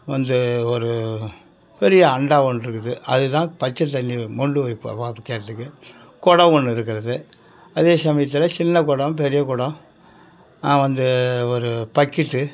வந்து ஒரு பெரிய அண்டா ஒன்று இருக்குது அதுதான் பச்சைத் தண்ணி மொண்டு வைப்போம் குடம் ஒன்று இருக்குறது அதே சமயத்தில் சின்ன குடம் பெரிய குடம் வந்து ஒரு பக்கெட்டு